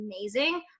amazing